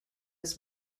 its